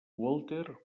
walter